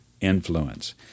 influence